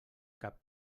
cap